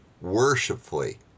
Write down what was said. worshipfully